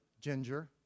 Ginger